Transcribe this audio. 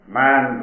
man